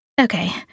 Okay